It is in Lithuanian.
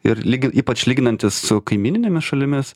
ir lyg ypač lyginantis su kaimyninėmis šalimis